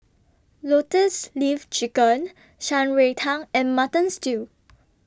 Lotus Leaf Chicken Shan Rui Tang and Mutton Stew